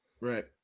Right